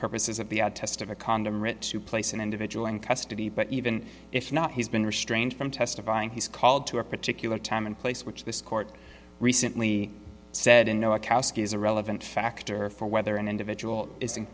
purposes of the test of a condom writ to place an individual in custody but even if not he's been restrained from testifying he's called to a particular time and place which this court recently said in no a cask is a relevant factor for whether an individual is